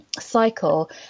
cycle